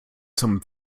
zum